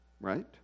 right